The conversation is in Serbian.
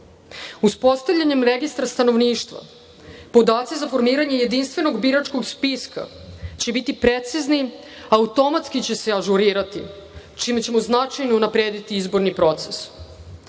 broj. Uspostavljanjem registra stanovništva podaci za formiranje jedinstvenog biračkog spiska će biti precizni, automatski će se ažurirati, čime ćemo značajno unaprediti izborni proces.